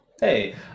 hey